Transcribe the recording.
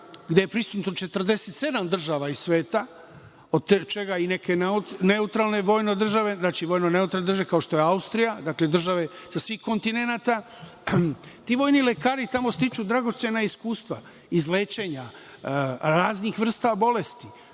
gde je prisutno 47 država iz sveta, od čega i neke neutralne vojne države, kao što je Austrija, dakle, države sa svih kontinenata. Ti vojni lekari tamo stiču dragocena iskustva iz lečenja, raznih vrsta bolesti,